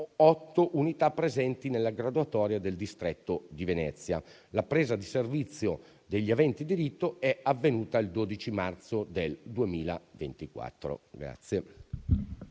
otto unità presenti nella graduatoria del distretto di Venezia. La presa di servizio degli aventi diritto è avvenuta il 12 marzo 2024.